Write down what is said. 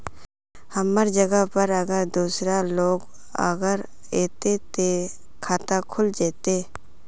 हमर जगह पर अगर दूसरा लोग अगर ऐते ते खाता खुल जते?